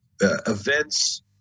events